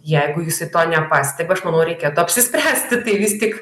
jeigu jisai to nepastebi aš manau reikėtų apsispręsti tai vis tik